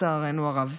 לצערנו הרב.